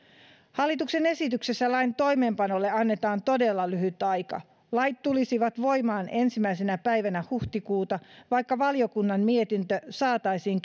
hallituksen esityksessä lain toimeenpanolle annetaan todella lyhyt aika lait tulisivat voimaan ensimmäisenä päivänä huhtikuuta vaikka valiokunnan mietintö saataisiin